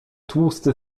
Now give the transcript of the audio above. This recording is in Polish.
tłusty